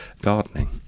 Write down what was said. gardening